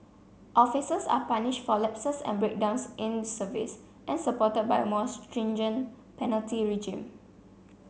officers are punished for lapses and breakdowns in service and supported by a more stringent penalty regime